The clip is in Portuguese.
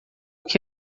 que